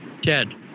Ted